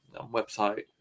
website